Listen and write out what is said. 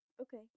Okay